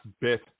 bit